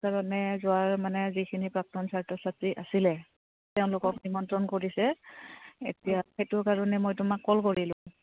কাৰণে যোৱাৰ মানে যিখিনি প্ৰাক্তন ছাত্ৰ ছাত্ৰী আছিলে তেওঁলোকক নিমন্ত্ৰণ কৰিছে এতিয়া সেইটো কাৰণে মই তোমাক কল কৰিলোঁ